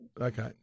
okay